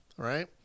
Right